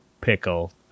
pickle